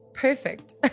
perfect